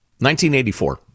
1984